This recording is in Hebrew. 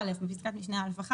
בפסקת משנה (א)(1),